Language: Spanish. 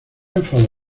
enfada